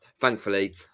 Thankfully